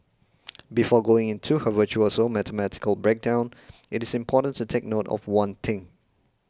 before going into her virtuoso mathematical breakdown it is important to take note of one thing